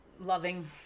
loving